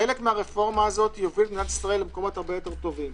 חלק מהרפורמה הזו תוביל את מדינת ישראל למקומות הרבה יותר טובים.